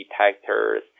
detectors